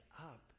up